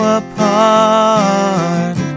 apart